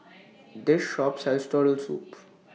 This Shop sells Turtle Soup